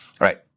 right